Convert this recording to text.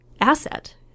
asset